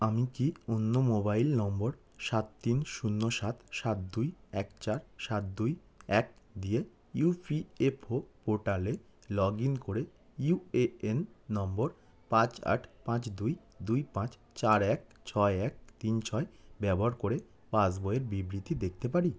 আমি কি অন্য মোবাইল নম্বর সাত তিন শূন্য সাত সাত দুই এক চার সাত দুই এক দিয়ে ইউ পি এফ ও পোর্টালে লগ ইন করে ইউএএন নম্বর পাঁচ আট পাঁচ দুই দুই পাঁচ চার এক ছয় এক তিন ছয় ব্যবহার করে পাসবইয়ের বিবৃতি দেখতে পারি